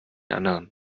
anderen